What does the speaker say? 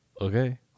okay